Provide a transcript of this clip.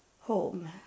home